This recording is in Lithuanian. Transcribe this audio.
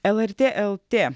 lrt lt